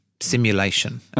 simulation